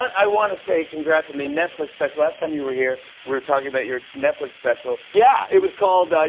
i want to say congrats on the netflix special. last time you were here, we were talking about your netflix special. yeah. it was called,